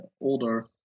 older